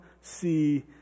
see